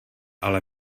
ale